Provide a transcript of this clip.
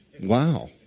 Wow